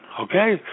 Okay